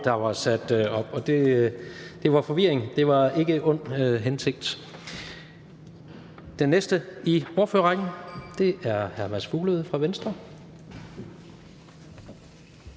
der var sat op. Det var forvirring, det var ikke ond hensigt. Den næste i ordførerrækken er hr. Mads Fuglede fra Venstre.